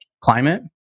climate